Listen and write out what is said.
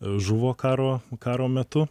žuvo karo karo metu